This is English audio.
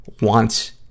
wants